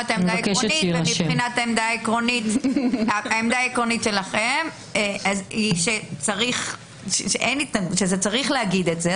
העמדה העקרונית שלכם היא שצריך לומר את זה.